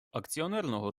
акціонерного